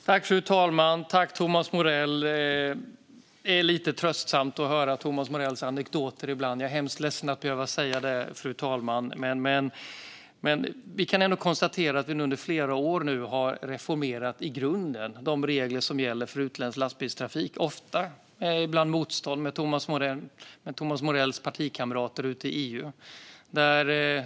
Fru talman! Det är ibland lite tröttsamt att höra Thomas Morells anekdoter. Jag är hemskt ledsen över att behöva säga det, fru talman. Men vi kan ändå konstatera att vi under flera år i grunden har reformerat de regler som gäller för utländsk lastbilstrafik. Ofta har det varit motstånd från Thomas Morells partikamrater ute i EU.